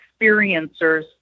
experiencers